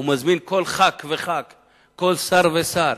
הוא מזמין כל ח"כ וח"כ, כל שר ושר,